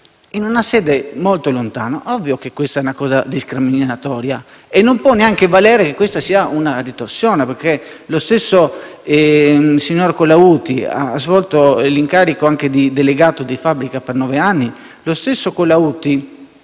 in una sede molto lontana. È ovvio che questo sia un atto discriminatorio e non può neanche valere che questa sia una ritorsione, perché lo stesso signor Colautti ha svolto l'incarico di delegato di fabbrica per nove anni e si è reso parte